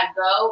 go